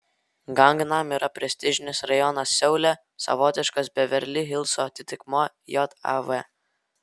gangnam yra prestižinis rajonas seule savotiškas beverli hilso atitikmuo jav